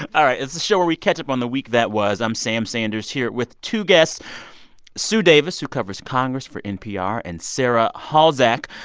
all right. it's the show where we catch up on the week that was. i'm sam sanders, here with two guests sue davis, who covers congress for npr, and sarah halzack,